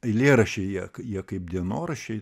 eilėraščiai jie kaip dienoraščiai